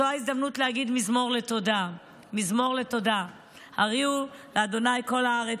זו ההזדמנות להגיד מזמור לתודה: "מזמור לתודה הריעו לה' כל הארץ.